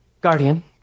guardian